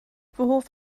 hoff